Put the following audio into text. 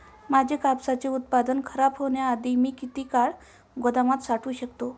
माझे कापसाचे उत्पादन खराब होण्याआधी मी किती काळ गोदामात साठवू शकतो?